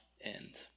end